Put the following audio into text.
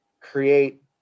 create